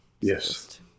Yes